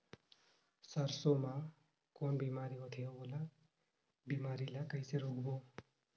सरसो मा कौन बीमारी होथे अउ ओला बीमारी ला कइसे रोकबो?